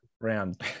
round